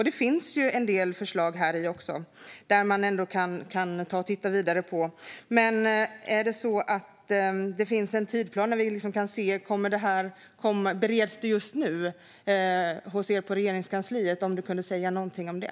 Det finns en del förslag här också som man kan titta vidare på, men jag undrar om det finns en tidsplan och om det här bereds just nu hos er på Regeringskansliet. Jag undrar om du kan säga någonting om det.